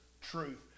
truth